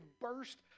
burst